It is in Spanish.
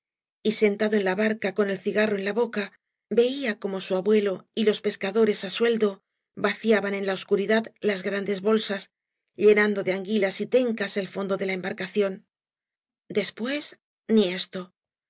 y sentado en la barca con el cigarro en la boca veía cómo sa abuelo y los pescadores á sueldo vaciaban en la obscuridad las grandes bolsas llenando de anguilas y tencas el fondo de la embarcación después ni esto